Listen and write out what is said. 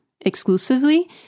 exclusively